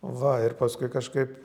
va ir paskui kažkaip